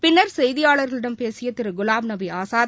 பின்னர் செய்தியாளர்களிடம் பேசியதிருகுலாம்நபிஆஸாத்